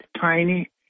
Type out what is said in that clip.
tiny